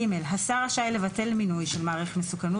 (ג) השר רשאי לבטל מינוי של מערך מסוכנות